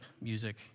music